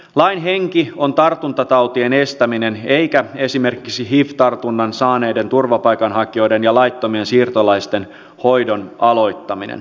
lain henki on tartuntatautien estäminen eikä esimerkiksi hiv tartunnan saaneiden turvapaikanhakijoiden ja laittomien siirtolaisten hoidon aloittaminen